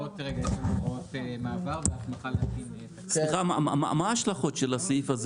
סליחה, אם זה לא מוסדר, מה ההשלכות של הסעיף הזה